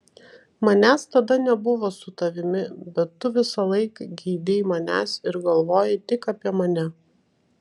manęs tada nebuvo su tavimi bet tu visąlaik geidei manęs ir galvojai tik apie mane